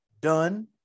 done